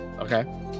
okay